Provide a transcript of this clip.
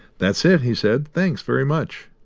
that's it, he said. thanks very much.